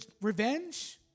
revenge